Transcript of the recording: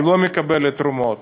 לא מקבלת תרומות,